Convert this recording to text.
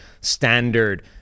standard